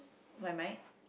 my mic